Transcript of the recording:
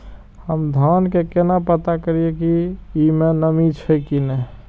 हम धान के केना पता करिए की ई में नमी छे की ने?